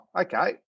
okay